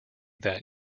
that